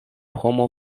homo